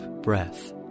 breath